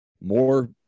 more